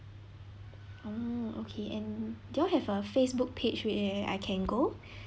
oh okay and do you all have a facebook page where eh I can go